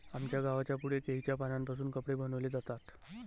आमच्या गावाच्या पुढे केळीच्या पानांपासून कपडे बनवले जातात